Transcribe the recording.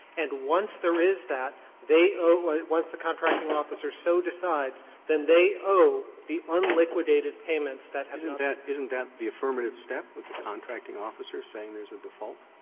and once there is that, they owe once the contracting officer so decides, then they owe the unliquidated payments that have roberts isn't that isn't that the affirmative step with the contracting officer saying there's a default?